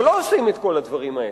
אבל לא עושים את כל הדברים האלה.